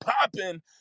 popping